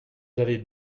avez